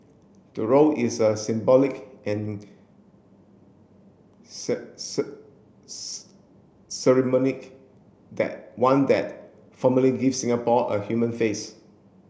the role is a symbolic and that one that formally gives Singapore a human face